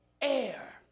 air